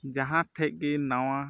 ᱡᱟᱦᱟᱸ ᱴᱷᱮᱱ ᱜᱮ ᱱᱟᱣᱟ